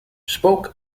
spoke